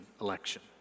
election